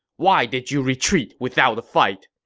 why did you retreat without a fight?